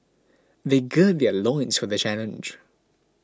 they gird their loins for the challenge